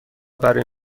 برای